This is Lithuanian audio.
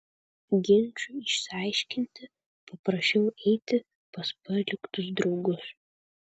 ginčui išsiaiškinti paprašiau eiti pas paliktus draugus